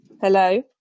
Hello